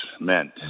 meant